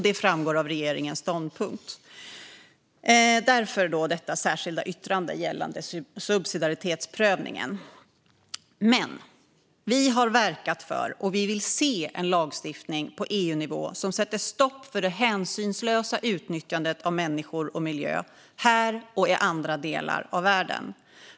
Det framgår av regeringens ståndpunkt. Därför finns detta särskilda yttrande gällande subsidiaritetsprövningen. Men vi har verkat för, och vi vill se, en lagstiftning på EU-nivå som sätter stopp för det hänsynslösa utnyttjandet av människor och miljö här och i andra delar av världen.